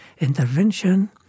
intervention